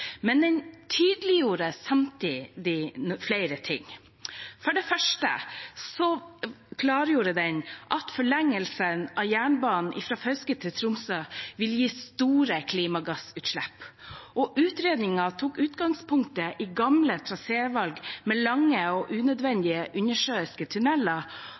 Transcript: Men den tydeliggjorde samtidig flere ting. For det første klargjorde den at forlengelsen av jernbanen fra Fauske til Tromsø vil gi store kutt i klimagassutslipp. Utredningen tok utgangspunkt i gamle trasévalg med lange og